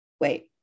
wait